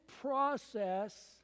process